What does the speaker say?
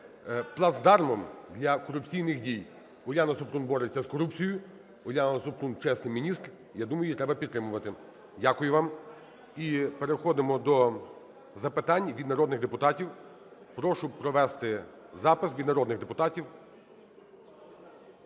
плацдармом для корупційних дій. Уляна Супрун бореться з корупцією. Уляна Супрун чесний міністр. Я думаю, її треба підтримувати. Дякую вам. І переходимо до запитань від народних депутатів. Прошу провести запис від народних депутатів.